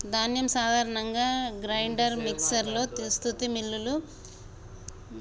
ధాన్యం సాధారణంగా grinder mixer లో సుత్తి మిల్లులు లేదా రోలర్ మిల్లుల ద్వారా పల్వరైజ్ సేయబడుతుంది